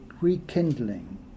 rekindling